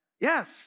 Yes